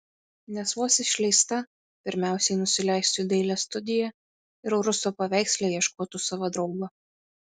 nes vos išleista pirmiausiai nusileistų į dailės studiją ir ruso paveiksle ieškotų savo draugo